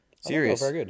serious